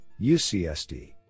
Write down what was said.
UCSD